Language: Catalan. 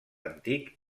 antic